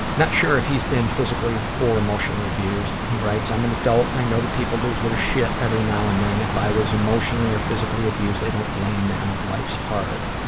not sure if he's been physically or emotionally abused. he writes, i'm an adult. i know that people lose their shit every now and then if i was emotionally or physically abused, i don't blame them. life's hard.